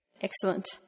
Excellent